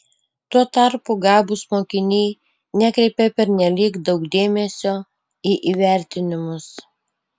tuo tarpu gabūs mokiniai nekreipia pernelyg daug dėmesio į įvertinimus